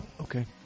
Okay